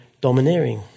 domineering